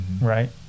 right